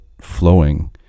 flowing